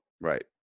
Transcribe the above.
Right